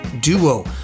duo